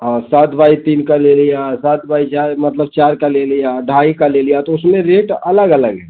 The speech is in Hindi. और सात बाई तीन का ले लिया सात बाई चार मतलब चार का ले लिया ढ़ाई का ले लिया तो उसमें रेट अलग अलग हैं